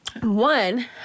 One